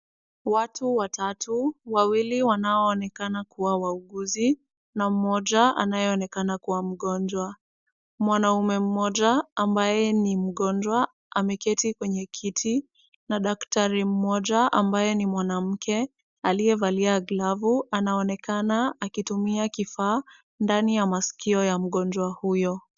Watu watatu, wawili wanaoonekana kuwa wauguzi na mmoja anayeonekana kuwa kama mgonjwa. Mwanaume mmoja ambaye ni mgonjwa ameketi kwenye kiti na daktari mmoja ambaye ni mwanamke aliyevalia glavu anaonekana akitumia kifaa ndani ya maskio ya mgonjwa huyo.